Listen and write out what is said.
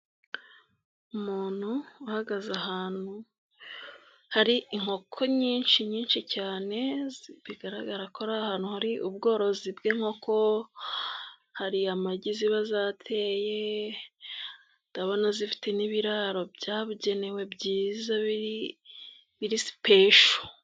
Umuntu uhagaze ahantu hari inkoko nyinshi nyinshi cyane; bigaragara ko ari ahantu hari ubworozi bw'inkoko. Hari amagi ziba zateye ndabona zifite n'ibiraro byabugenewe byiza biri sipesho.